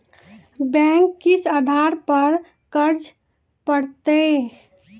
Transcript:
Bank किस आधार पर कर्ज पड़तैत हैं?